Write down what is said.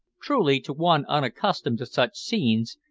truly, to one unaccustomed to such scenes,